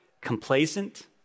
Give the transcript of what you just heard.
complacent